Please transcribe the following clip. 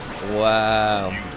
Wow